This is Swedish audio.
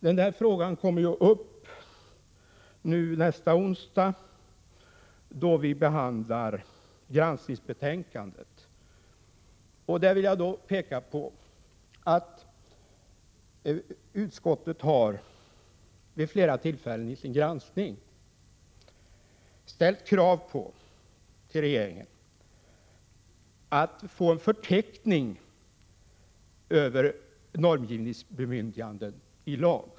Denna fråga tas upp nästa onsdag, då riksdagen behandlar granskningsbetänkandet. Jag vill peka på att utskottet vid flera tillfällen i sin granskning har ställt krav till regeringen om att få en förteckning över normgivningsbemyndiganden i lag.